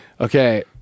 Okay